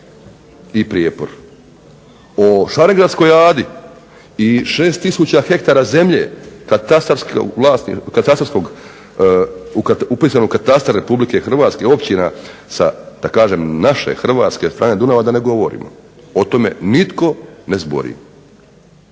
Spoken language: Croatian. i prijepor. O Šarengradskoj Adi i 6000 ha zemlje upisanog u katastar Republike Hrvatske, općina sa da kažem naše hrvatske strane Dunava da ne govorimo. O tome nitko ne zbori.